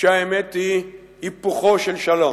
כשהאמת היא היפוכו של שלום.